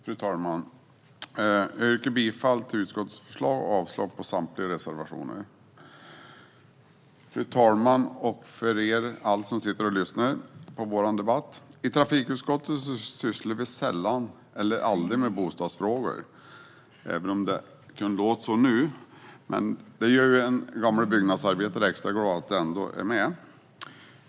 Fru talman! Jag yrkar bifall till utskottets förslag och avslag på samtliga reservationer. Fru talman och alla ni som sitter och lyssnar på vår debatt! I trafikutskottet sysslar vi sällan eller aldrig med bostadsfrågor, även om det kan låta annorlunda nu. Det gör en gammal byggnadsarbetare extra glad att detta ändå är med.